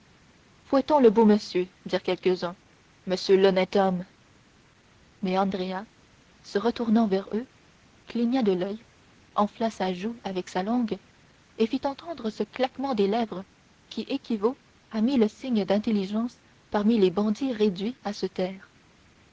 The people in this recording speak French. fouettons le beau monsieur dirent quelques-uns monsieur l'honnête homme mais andrea se retournant vers eux cligna de l'oeil enfla sa joue avec sa langue et fit entendre ce claquement des lèvres qui équivaut à mille signes d'intelligence parmi les bandits réduits à se taire